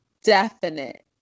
definite